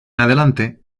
adelante